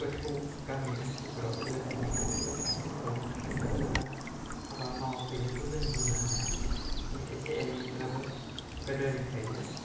गोथौ गामि ओनसोलफोराव सोलोंथाइनि खान्थिखौ साबसिन खालामनो थाखाय सरखारा हाबा मावाखै बेखौ जों बुंनो हाया माने एसे एनैब्लाबो गोदोनिफ्रायनो